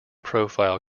profile